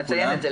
נציין את זה.